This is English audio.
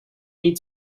need